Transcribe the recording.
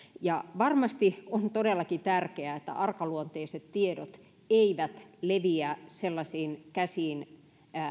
ja varmasti on todellakin tärkeää että arkaluonteiset tiedot eivät leviä sellaisiin käsiin